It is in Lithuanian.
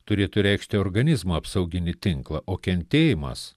turėtų reikšti organizmo apsauginį tinklą o kentėjimas